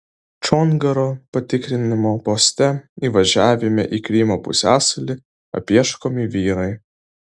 čongaro patikrinimo poste įvažiavime į krymo pusiasalį apieškomi vyrai